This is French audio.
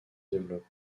développe